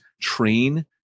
train